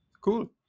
Cool